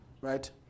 right